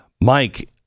Mike